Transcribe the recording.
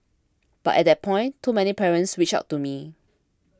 but at that point too many parents reached out to me